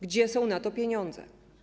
Gdzie są na to pieniądze?